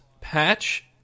Patch